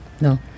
No